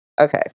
Okay